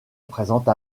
présente